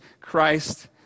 Christ